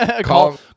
Call